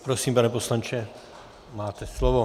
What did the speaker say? Prosím, pane poslanče, máte slovo.